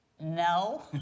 no